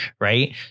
Right